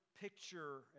picture